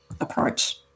approach